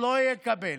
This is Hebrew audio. לא יקבל,